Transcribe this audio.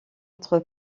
entre